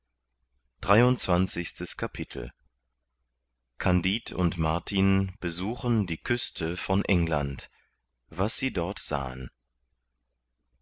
dreiundzwanzigstes kapitel kandid und martin besuchen die küste von england was sie dort sahen